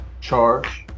charge